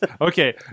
Okay